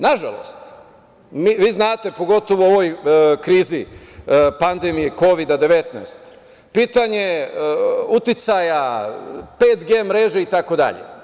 Nažalost, vi znate, pogotovo u ovoj krizi pandemije Kovida 19, pitanje uticaja 5G mreže itd.